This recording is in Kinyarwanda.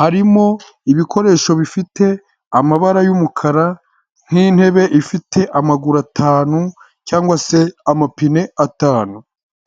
harimo ibikoresho bifite amabara y'umukara nk'intebe ifite amaguru atanu, cyangwa se amapine atanu.